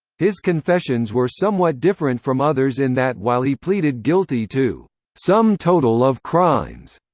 his confessions were somewhat different from others in that while he pleaded guilty to sum total of crimes,